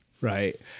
Right